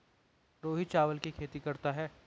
रोहित चावल की खेती करता है